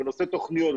בנושא תוכניות,